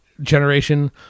generation